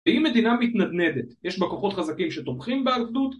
ואם מדינה מתנדנדת, יש בה כוחות חזקים שתומכים בעבדות?